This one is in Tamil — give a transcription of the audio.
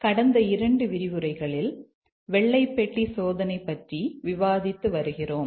கடந்த இரண்டு விரிவுரைகளில் வெள்ளை பெட்டி சோதனை பற்றி விவாதித்து வருகிறோம்